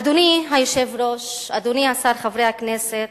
אדוני היושב-ראש, אדוני השר, חברי הכנסת,